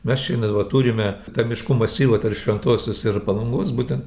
mes šiandien va turime tą miškų masyvą tarp šventosios ir palangos būtent